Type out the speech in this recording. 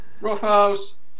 Roughhouse